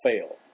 fail